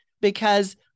because-